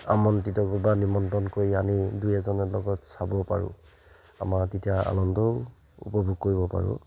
আমন্ত্ৰিত বা নিমন্ত্ৰণ কৰি আনি দুই এজনৰ লগত চাবও পাৰোঁ আমাৰ তেতিয়া আনন্দও উপভোগ কৰিব পাৰোঁ